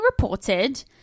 reported